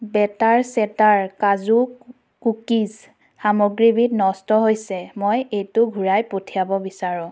better চেটাৰ কাজু cookies সামগ্ৰীবিধ নষ্ট হৈছে মই এইটো ঘূৰাই পঠিয়াব বিচাৰোঁ